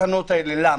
בתקנות האלה, כי